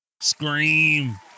*Scream*